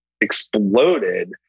exploded